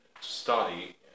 study